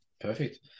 perfect